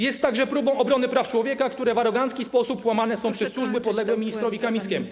Jest także próbą obrony praw człowieka, które w arogancki sposób łamane są przez służby podległe ministrowi Kamińskiemu.